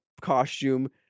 costume